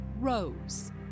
Rose